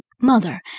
mother